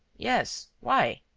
yes, why?